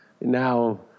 now